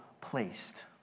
placed